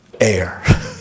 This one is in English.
air